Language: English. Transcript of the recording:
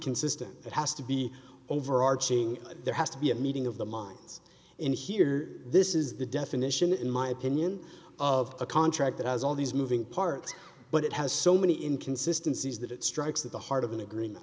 consistent it has to be overarching there has to be a meeting of the minds in this is the definition in my opinion of a contract that has all these moving parts but it has so many inconsistency is that it strikes at the heart of an agreement